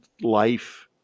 life